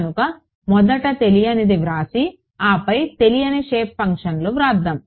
కనుక మొదట తెలియనిది వ్రాసి ఆపై తెలియని షేప్ ఫంక్షన్స్ని వ్రాద్దాం